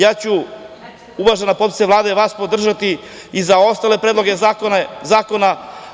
Ja ću, uvažena potpredsednice Vlade, vas podržati i za ostale predloge zakona.